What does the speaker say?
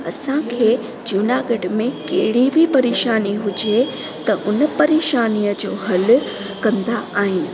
असांखे जूनागढ़ में कहिड़ी बि परेशानी हुजे त उन परेशानीअ जो हल कंदा आहिनि